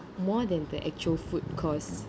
more than the actual food cost